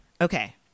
okay